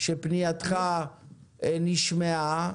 שפנייתך נשמעה,